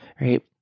right